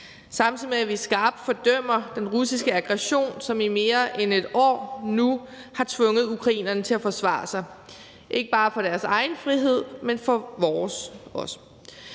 samtidig med at vi skarpt fordømmer den russiske aggression, som i mere end et år nu har tvunget ukrainerne til at forsvare sig, ikke bare for deres egen frihed, men også for vores.